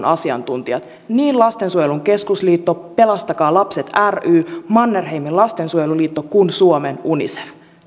asiantuntijat niin lastensuojelun keskusliitto pelastakaa lapset ry mannerheimin lastensuojeluliitto kuin suomen unicef